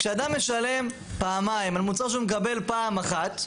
כשאדם משלם פעמיים על מוצר שהוא משלם פעם אחת,